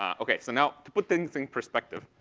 um okay. so now, to put things in perspective,